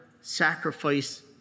sacrifice